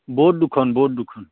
board দুখন board দুখন